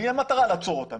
לי אין מטרה לעצור אותם.